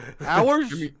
Hours